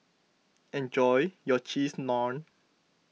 enjoy your Cheese Naan